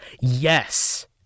Yes